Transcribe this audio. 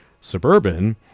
suburban